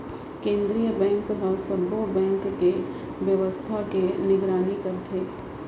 केंद्रीय बेंक ह सब्बो बेंक के बेवस्था के निगरानी करथे